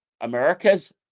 America's